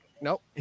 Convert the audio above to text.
Nope